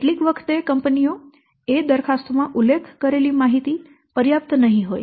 કેટલીક વખતે કંપનીઓ એ દરખાસ્તો માં ઉલ્લેખ કરેલી માહિતી પર્યાપ્ત નહીં હોય